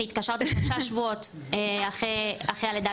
אני התקשרתי שלושה שבועות אחרי הלידה